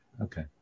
okay